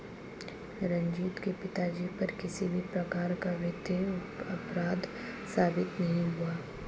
रंजीत के पिताजी पर किसी भी प्रकार का वित्तीय अपराध साबित नहीं हुआ